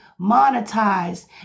monetized